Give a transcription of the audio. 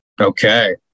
Okay